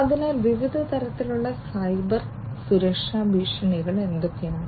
അതിനാൽ വിവിധ തരത്തിലുള്ള സൈബർ സുരക്ഷാ ഭീഷണികൾ എന്തൊക്കെയാണ്